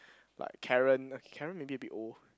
like Karen okay Karen maybe a bit old